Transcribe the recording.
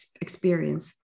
experience